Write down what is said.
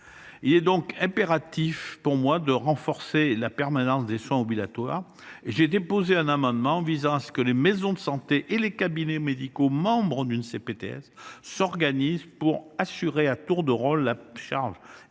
Il est donc impératif de renforcer la permanence des soins ambulatoires. Aussi, j’ai déposé un amendement visant à ce que les maisons de santé et les cabinets médicaux membres d’une CPTS s’organisent pour assurer, à tour de rôle, la prise en charge